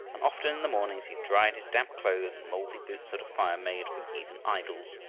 and often in the mornings he dried his damp clothes and moldy boots at a fire made from heathen idols.